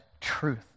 truth